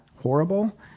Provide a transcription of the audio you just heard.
horrible